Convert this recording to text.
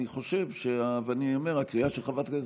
אני חושב ואני אומר: הקריאה של חברת הכנסת